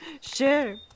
Sure